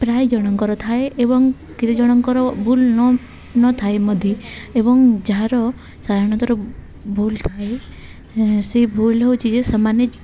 ପ୍ରାୟ ଜଣଙ୍କର ଥାଏ ଏବଂ କେତେ ଜଣଙ୍କର ଭୁଲ ନ ନଥାଏ ମଧ୍ୟ ଏବଂ ଯାହାର ସାଧାରଣତ ର ଭୁଲ ଥାଏ ସେ ଭୁଲ ହେଉଛି ଯେ ସେମାନେ